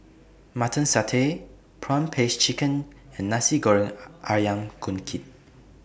Mutton Satay Prawn Paste Chicken and Nasi Goreng Ayam Kunyit